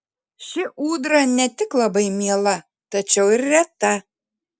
ši ūdra ne tik labai miela tačiau ir reta